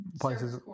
places